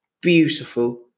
beautiful